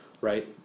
right